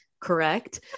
Correct